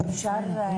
אפשר?